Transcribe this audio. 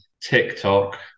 TikTok